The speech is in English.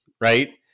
right